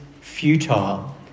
futile